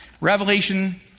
Revelation